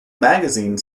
magazine